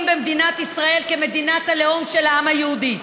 במדינת ישראל את מדינת הלאום של העם היהודי.